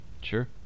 Sure